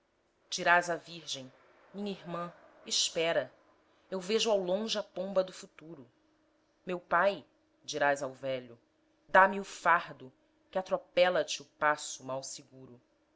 criança dirás à virgem minha irmã espera eu vejo ao longe a pomba do futuro meu pai dirás ao velho dá-me o fardo que atropela te o passo mal seguro